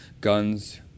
guns